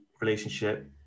relationship